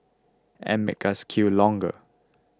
and make us queue longer